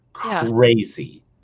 Crazy